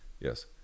Yes